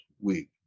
week